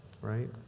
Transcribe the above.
Right